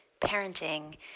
parenting